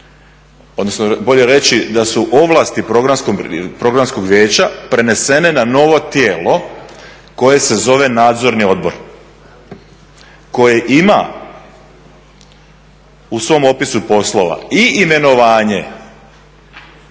odnosno bolje reći da su ovlasti Programskog vijeća prenesene na novo tijelo koje se zove nadzorni odbor koje ima u svom opisu poslova i imenovanja